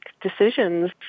decisions